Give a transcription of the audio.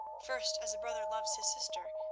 first as a brother loves his sister,